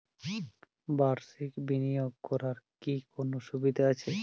বাষির্ক বিনিয়োগ করার কি কোনো সুবিধা আছে?